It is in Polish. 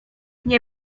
nie